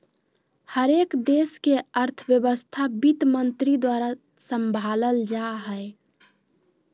हरेक देश के अर्थव्यवस्था वित्तमन्त्री द्वारा सम्भालल जा हय